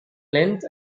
length